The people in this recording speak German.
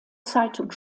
zeitung